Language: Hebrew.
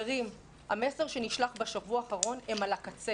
המסר שנשלח בשבוע האחרון זה שהם על הקצה